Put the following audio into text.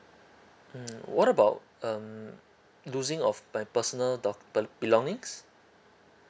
mm what about um losing of my personal doc~ um belongings